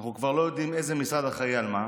אנחנו כבר לא יודעים איזה משרד אחראי למה.